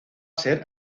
ser